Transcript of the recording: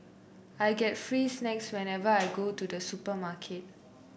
I get free snacks whenever I go to the supermarket